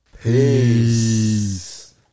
Peace